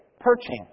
perchance